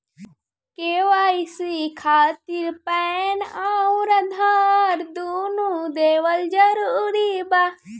KYC खातिर PAN आउर आधार दुनों देवल जरूरी बा?